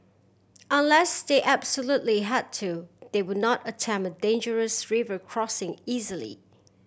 unless they absolutely had to they would not attempt dangerous river crossing easily